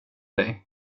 dig